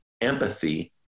empathy